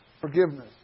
forgiveness